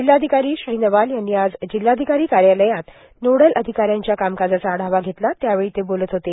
जिल्हाधिकारी श्री नवाल यांनी आज जिल्हाधिकारी कार्यालयात नोडल अधिकाऱ्यांच्या कामकाजाचा आढावा घेतला त्यावेळी ते बोलत होते